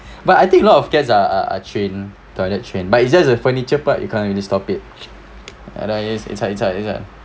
but I think a lot of cats are are are train toilet train but it's just the furniture part you can't really stop it and I used inside inside